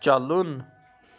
چلُن